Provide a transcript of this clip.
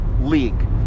League